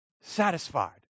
satisfied